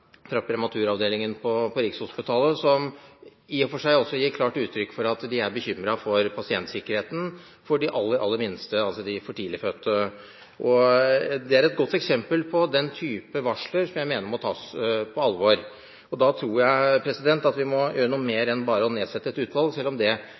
prematuravdelingen på Rikshospitalet, som i og for seg gir klart uttrykk for at man er bekymret for pasientsikkerheten for de aller, aller minste, altså de for tidlig fødte. Det er et godt eksempel på den type varsler som jeg mener må tas på alvor. Og da tror jeg at vi må